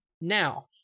Now